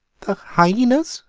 the hyaenas?